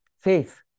faith